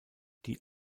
die